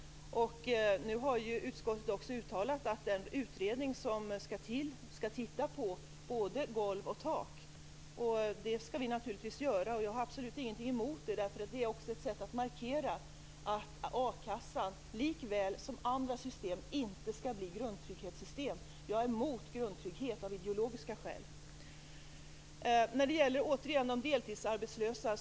Nu har ju utskottet också uttalat att den utredning som skall till skall titta på både golv och tak, och så skall det naturligtvis bli. Jag har absolut ingenting emot det. Det är också ett sätt att markera att a-kassan, likväl som andra system, inte skall bli grundtrygghetssystem. Jag är emot grundtrygghet av ideologiska skäl. Sedan återigen frågan om de deltidsarbetslösa.